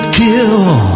kill